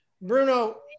Bruno